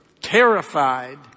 terrified